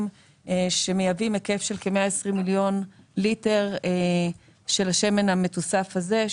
שמייבאים היקף של כ-120 מיליון ליטר של השמן המתוסף הזה,